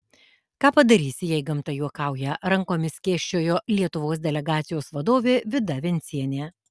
ką padarysi jei gamta juokauja rankomis skėsčiojo lietuvos delegacijos vadovė vida vencienė